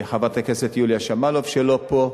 חברת הכנסת יוליה שמאלוב, שלא נמצאת פה,